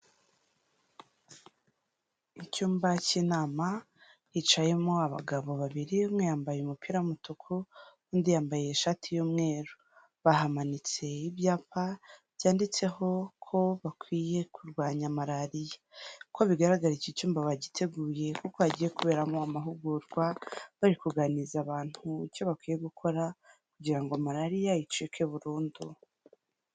Icyumba k'inama hicayemo abagabo babiri umwe yambaye umupira w'umutuku, undi yambaye ishati y'umweru. Bahamanitse ibyapa byanditseho ko bakwiye kurwanya Malariya. Nk'uko bigaragara iki cyumba bagiteguye kuko hagiye kuberamo amahugurwa, bari kuganiriza abantu mu cyo bakwiye gukora kugira ngo Malariya icike burundu.